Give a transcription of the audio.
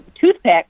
toothpick